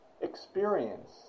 experience